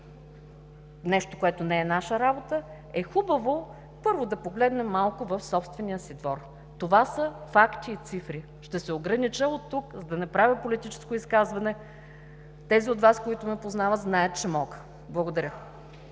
нещо което не е наша работа, е хубаво първо да погледнем малко в собствения си двор. Това са факти и цифри. Ще се огранича оттук за да не правя политическо изказване. Тези от Вас, които ме познават знаят, че мога. Благодаря.